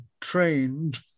trained